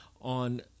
on